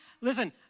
listen